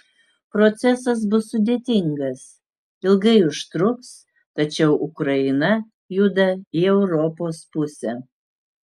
procesas bus sudėtingas ilgai užtruks tačiau ukraina juda į europos pusę